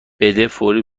بده، فوری